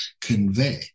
convey